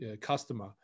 customer